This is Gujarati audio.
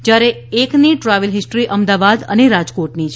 જ્યારે એકની ટ્રાવેલ ફિસ્ટ્રી અમદાવાદ અને રાજકોટની છે